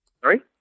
Sorry